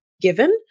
given